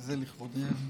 בבקשה.